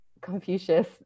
Confucius